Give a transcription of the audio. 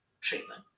treatment